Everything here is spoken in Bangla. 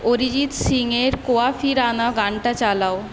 অরিজিত সিংয়ের কাফিরানা গানটা চালাও